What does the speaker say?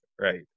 Right